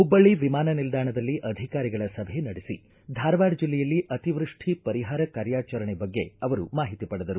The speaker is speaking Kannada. ಮಬ್ಲಳ್ಳ ವಿಮಾನ ನಿಲ್ದಾಣದಲ್ಲಿ ಅಧಿಕಾರಿಗಳ ಸಭೆ ನಡೆಸಿ ಧಾರವಾಡ ಜಿಲ್ಲೆಯಲ್ಲಿ ಅತಿವ್ಯಶ್ಠಿ ಪರಿಹಾರ ಕಾರ್ಯಚರಣೆ ಬಗ್ಗೆ ಅವರು ಮಾಹಿತಿ ಪಡೆದರು